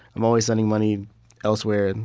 i'm always sending money elsewhere. and